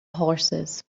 horses